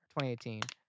2018